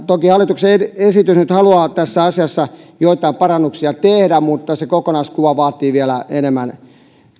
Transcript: toki hallituksen esitys nyt haluaa tässä asiassa joitain parannuksia tehdä mutta se kokonaiskuva vaatii vielä enemmän